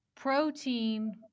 protein